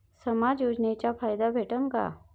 समाज योजनेचा फायदा भेटन का?